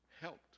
helped